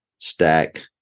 stack